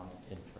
interest